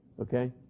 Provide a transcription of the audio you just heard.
okay